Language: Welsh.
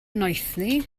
noethni